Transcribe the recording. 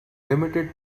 limited